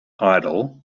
idol